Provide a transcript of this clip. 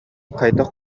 хайдах